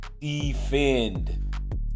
Defend